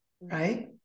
right